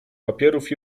papierów